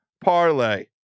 parlay